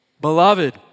Beloved